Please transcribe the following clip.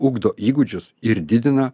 ugdo įgūdžius ir didina